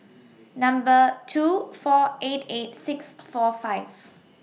Number two four eight eight six four five